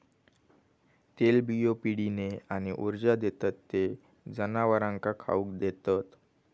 तेलबियो पिढीने आणि ऊर्जा देतत ते जनावरांका खाउक देतत